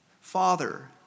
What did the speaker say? Father